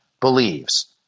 believes